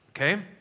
okay